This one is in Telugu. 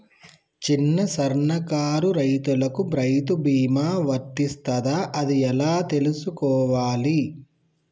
చిన్న సన్నకారు రైతులకు రైతు బీమా వర్తిస్తదా అది ఎలా తెలుసుకోవాలి?